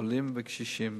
עולים וקשישים,